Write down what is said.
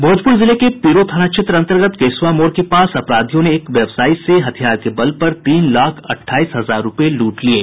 भोजपुर जिले के पीरो थाना क्षेत्र अन्तर्गत केशवा मोड़ के पास अपराधियों ने एक व्यवसायी से हथियार के बल पर तीन लाख अठाईस हजार रूपये लूट लिये